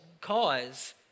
cause